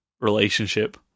relationship